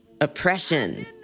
oppression